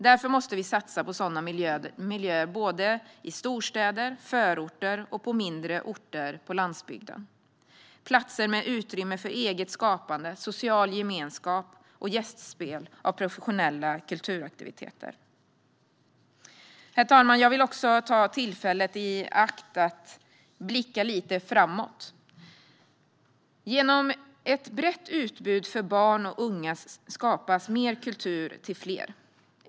Därför måste vi satsa på sådana miljöer i storstäder, i förorter och på mindre orter på landsbygden. Det handlar om platser med utrymme för eget skapande, social gemenskap och gästspel av professionellt framförda kulturaktiviteter. Herr talman! Jag vill också ta det här tillfället i akt och blicka lite framåt. "Genom ett brett utbud för barn och unga skapas mer kultur till fler.